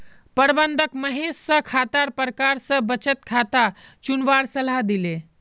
प्रबंधक महेश स खातार प्रकार स बचत खाता चुनवार सलाह दिले